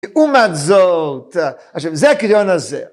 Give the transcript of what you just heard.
לעומת זאת. עכשיו, זה הקריון הזה.